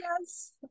yes